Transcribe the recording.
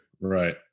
right